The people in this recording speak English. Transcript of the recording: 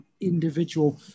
individual